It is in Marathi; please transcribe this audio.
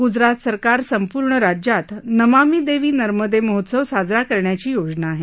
गुजरात सरकार संपूर्ण राज्याता नमामी देवी नर्मदे महोत्सव साजरा करण्याची योजना आहे